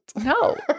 No